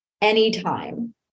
anytime